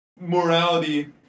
morality